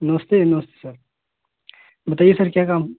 नमस्ते नमस्ते सर बताइए सर क्या काम